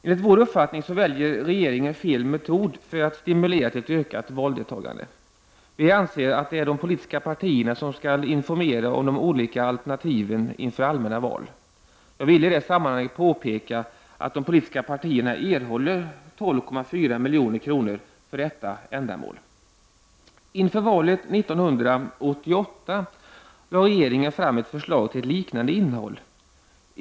Enligt vår uppfattning väljer regeringen fel metod för att stimulera till ett ökat valdeltagande. Vi anser att det är de politiska partierna som skall informera om de olika alternativen inför allmänna val. Jag vill i det sammanhanget påpeka att de politiska partierna erhåller 12,4 milj.kr. för detta ändamål. Inför valet 1988 lade regeringen fram ett förslag med liknande innehåll.